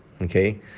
Okay